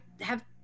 have-